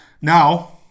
Now